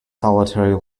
solitary